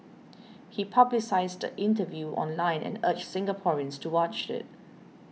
he publicised the interview online and urged Singaporeans to watch it